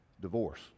divorce